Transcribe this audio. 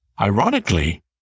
Ironically